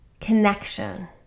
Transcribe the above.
connection